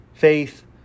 faith